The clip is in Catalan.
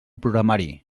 programari